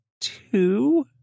two